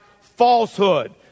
falsehood